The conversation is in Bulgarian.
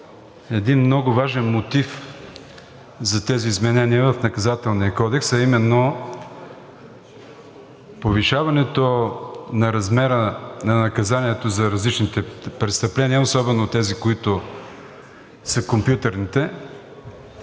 един много важен мотив за тези изменения в Наказателния кодекс, а именно повишаването на размера на наказанието за различните престъпления, особено тези, които са компютърните.